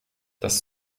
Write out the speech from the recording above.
das